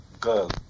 girl